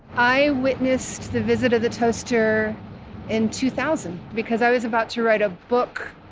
i witnessed the visit of the toaster in two thousand because i was about to write a book.